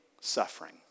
suffering